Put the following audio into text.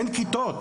אין כיתות.